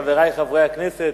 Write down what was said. חברי חברי הכנסת,